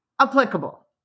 applicable